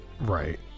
Right